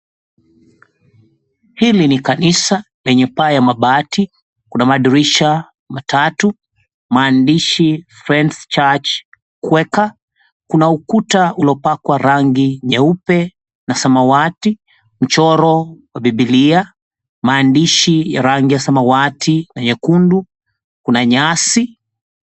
Hili ni kanisa lenye paa ya mabati, kuna madirisha matatu, maandishi, "Friends Church, Quaker". Kuna ukuta uliopakwa rangi nyeupe na samawati, mchoro wa Biblia, maandishi ya rangi ya samawati na nyekundu, kuna nyasi.